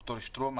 מר שטרום.